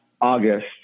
August